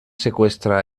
secuestra